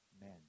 men